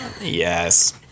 Yes